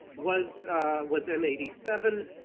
was was m eight seven.